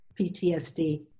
PTSD